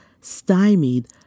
stymied